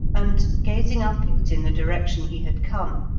and, gazing up it in the direction he had come,